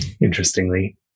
interestingly